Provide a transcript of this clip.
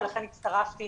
לכן הצטרפתי